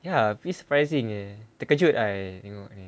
ya pretty surprising eh terkejut I you know